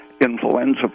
influenza